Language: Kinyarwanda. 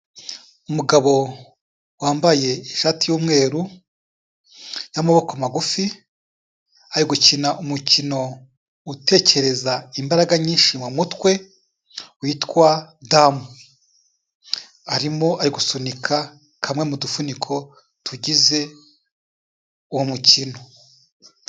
Umugabo wambaye ishati y'umweru y'amaboko magufi, ari gukina umukino utekereza imbaraga nyinshi mu mutwe witwa damu, arimo ari gusunika kamwe mu dufuniko tugize uwo mukino.